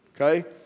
okay